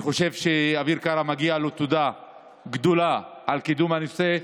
אני חושב שלאביר קארה מגיעה תודה גדולה על קידום הנושא.